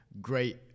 great